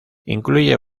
incluye